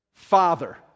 father